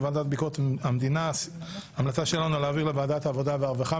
לוועדה לביקורת המדינה ולוועדת החוץ והביטחון.